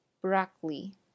broccoli